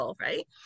right